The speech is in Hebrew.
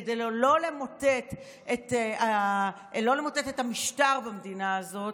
כדי לא למוטט את המשטר במדינה הזאת.